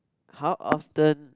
how often